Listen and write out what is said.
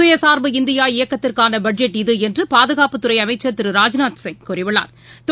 சுயசா்பு இந்தியா இயக்கத்திற்கான பட்ஜெட் இது என்று பாதுகாப்புத்துறை அமைச்சா் திரு ராஜ்நாத்சிங் கூறியுள்ளா்